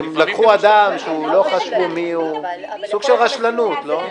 סוג של רשלנות, לא?